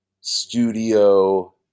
studio